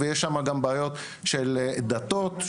ויש שם גם בעיות של דתות,